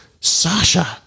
Sasha